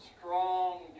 strong